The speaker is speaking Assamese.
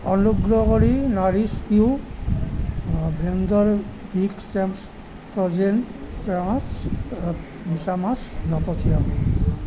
অনুগ্ৰহ কৰি নাৰিছ ইউ ব্ৰেণ্ডৰ বিগ ছেনছ্ ফ্ৰ'জেন প্ৰনজ্ মিছামাছ নপঠিয়াব